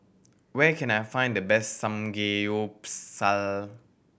where can I find the best Samgeyopsal